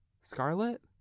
Scarlet